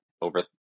over